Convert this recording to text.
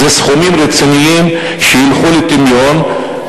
סכומים רציניים ילכו לטמיון.